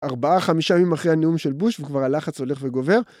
ארבעה חמישה ימים אחרי הנאום של בוש וכבר הלחץ הולך וגובר.